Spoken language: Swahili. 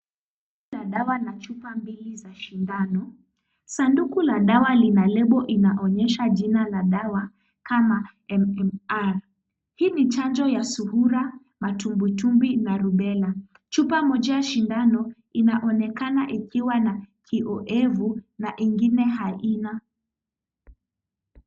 Kuna dawa na chupa mbili za sindano, sanduku la dawa lina lebo inaonyesha jina na dawa kama MMR . Hii ni chanjo ya Surua, matumbwitumbwi na Rubella . Chupa moja ya sindano inaonekana ikiwa na kioevu na ingine haina.